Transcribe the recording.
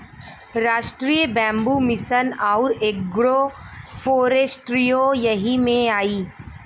राष्ट्रीय bamboo mission आउर agro फ़ोरेस्ट्रीओ यही में आई